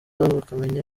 bakamenya